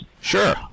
Sure